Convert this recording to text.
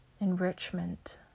enrichment